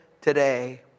today